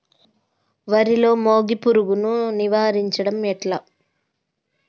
వరిలో మోగి పురుగును నివారించడం ఎట్లా?